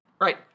right